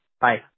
Bye